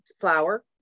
flour